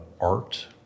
art